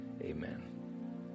amen